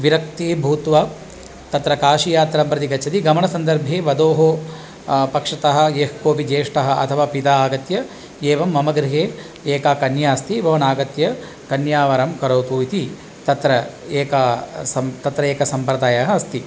विरक्तिः भूत्वा तत्र काशीयात्रां प्रति गच्छति गमणसन्दर्भे वधोः पक्षतः यः कोपि ज्येष्ठः अथवा पिता आगत्य एवं मम गृहे एका कन्या अस्ति भवान् आगत्य कन्यावरं करोतु इति तत्र एकः तत्र एकः सम्प्रदायः अस्ति